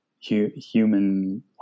human